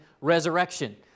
resurrection